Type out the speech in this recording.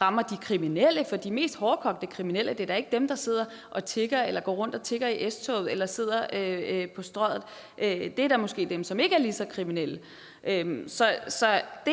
rammer de kriminelle. For de mest hårdkogte kriminelle er da ikke dem, der sidder på Strøget og tigger eller går rundt og tigger i S-toget. Det er da ikke dem, som er så kriminelle. Det